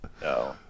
No